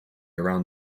around